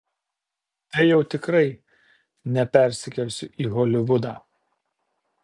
tai jau tikrai nepersikelsiu į holivudą